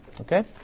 okay